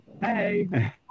Hey